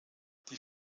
die